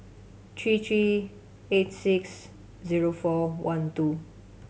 three three eight six zero four one two